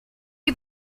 you